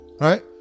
Right